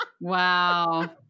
Wow